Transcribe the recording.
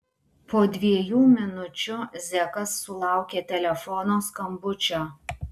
po dviejų minučių zekas sulaukė telefono skambučio